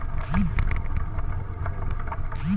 বাসমতী চাল কোথায় পাবো?